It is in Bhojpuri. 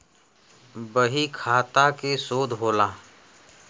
बहीखाता के शोध होला